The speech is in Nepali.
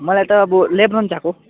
मलाई त अब लेब्रोन चाहिएको